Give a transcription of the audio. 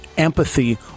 empathy